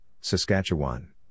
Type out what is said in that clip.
Saskatchewan